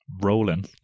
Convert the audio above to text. rolling